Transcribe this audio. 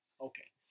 Okay